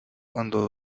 cuando